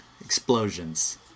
explosions